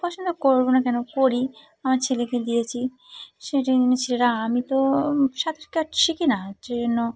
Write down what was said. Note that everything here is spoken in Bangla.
পছন্দ করব না কেন করি আমার ছেলেকে দিয়েছি সেইটার জন্য ছেলেরা আমি তো সাঁতার কাট শিখি না সেই জন্য